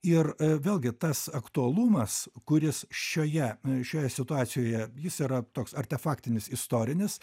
ir vėlgi tas aktualumas kuris šioje šioje situacijoje jis yra toks ar tie faktinis istorinis